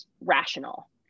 rational